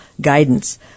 guidance